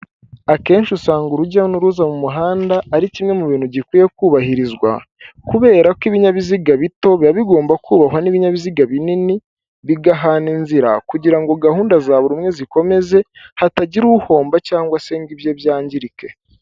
Akenshi usanga urujya n'uruza mu muhanda ari kimwe mu bintu gikwiye kubahirizwa kubera ko ibinyabiziga bito biba bigomba kubahwa n'ibinyabiziga binini bigahana inzira, kugirango gahunda za buri umwe zikomeze hatagira uhomba cyagwa se ngo ibye byangirike.